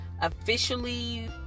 officially